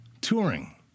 touring